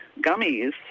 gummies